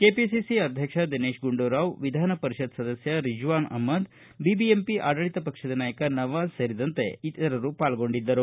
KPCC ಅಧ್ಯಕ್ಷ ದಿನೇತ್ ಗುಂಡೂರಾವ್ ವಿಧಾನ ಪರಿಷತ್ ಸದಸ್ಯ ರಿಜ್ವಾನ್ ಅಹಮದ್ ಬಿಬಿಎಂಪಿ ಆಡಳಿತ ಪಕ್ಷದ ನಾಯಕ ನವಾಜ್ ಮತ್ತಿತರರು ಪಾಲ್ಗೊಂಡಿದ್ದರು